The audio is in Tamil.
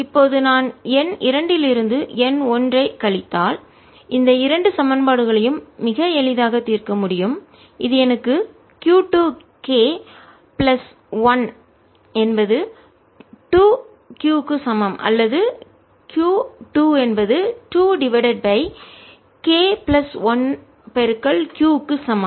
இப்போது நான் எண் 2 இல் இருந்து எண் 1 ஐக் கழித்தால் இந்த இரண்டு சமன்பாடுகளையும் மிக எளிதாக தீர்க்க முடியும் இது எனக்கு q 2 k பிளஸ் 1 என்பது 2 q க்கு சமம் அல்லது q2 என்பது 2 divided by k plus 1 q க்கு சமம்